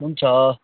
हुन्छ